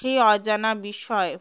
সেই অজানা বিষয়